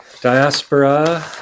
Diaspora